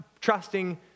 trusting